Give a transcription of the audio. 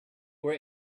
were